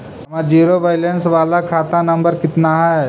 हमर zero balance बाला खाता नम्बर कितना है?